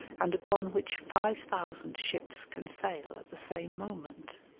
and upon which five thousand ships can sail at the same moment